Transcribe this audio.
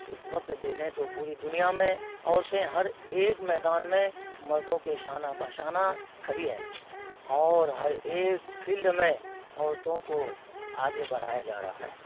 اس وقت دیکھیں تو پوری دنیا میں عورتیں ہر ایک میدان میں مردوں کے شانہ بہ شانہ کھڑی ہیں اور ہر ایک فیلڈ میں عورتوں کو آگے بڑھایا جا رہا ہے